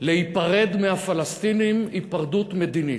להיפרד מהפלסטינים היפרדות מדינית.